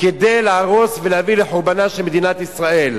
כדי להרוס ולהביא לחורבנה של מדינת ישראל.